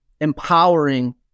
empowering